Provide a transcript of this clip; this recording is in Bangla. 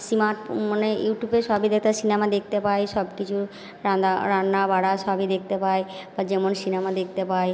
সীমার মানে ইউটিউবে সবই সিনেমা দেখতে পাই সব কিছু রান্না বারা সবই দেখতে পাই বা যেমন সিনেমা দেখতে পাই